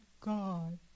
God